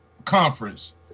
conference